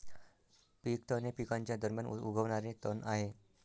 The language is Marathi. पीक तण हे पिकांच्या दरम्यान उगवणारे तण आहे